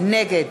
נגד